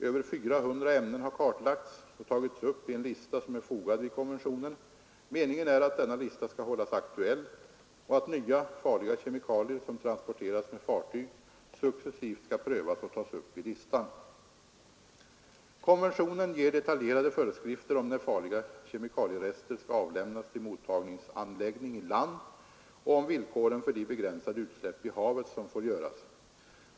Över 400 ämnen har kartlagts och tagits upp i en lista som är fogad vid konventionen. Meningen är att denna lista skall hållas aktuell och att nya farliga kemikalier som transporteras med fartyg successivt skall prövas och tas upp i listan. Konventionen ger detaljerade föreskrifter om när farliga kemikalierester skall avlämnas till mottagningsanläggning i land och om villkoren för de begränsade utsläpp i havet som får göras.